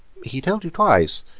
he told you twice,